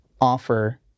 offer